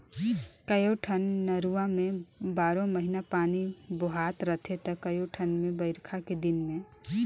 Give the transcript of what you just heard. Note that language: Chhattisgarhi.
कयोठन नरूवा में बारो महिना पानी बोहात रहथे त कयोठन मे बइरखा के दिन में